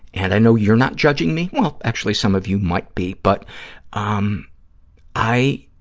and i know you're not judging me. well, actually, some of you might be, but um i,